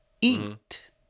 eat